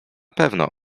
pewno